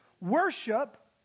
Worship